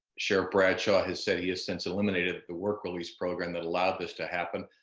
sheriff bradshaw has said he has since eliminated the work release program that allowed this to happen.